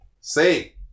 Say